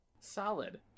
Solid